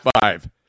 five